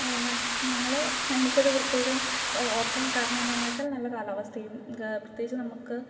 ഞങ്ങള് എനിക്കത് പ്രത്യേകം ഓർക്കാൻ കാരണം എന്നതാണെന്ന് വെച്ചാൽ നല്ല കാലാവസ്ഥയും പ്രത്യേകിച്ച് നമുക്ക്